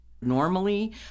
Normally